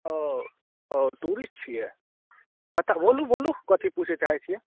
ओ ओ टूरिस्ट छियै तकर बोलू बोलू कथि पूछै चाहै छियै